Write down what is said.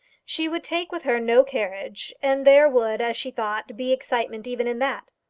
she would take with her no carriage, and there would, as she thought, be excitement even in that.